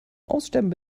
aussterben